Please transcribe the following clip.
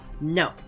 No